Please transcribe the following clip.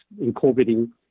incorporating